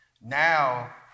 now